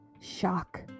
shock